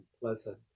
pleasant